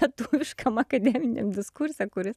lietuviškam akademiniam diskurse kuris